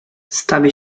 stawię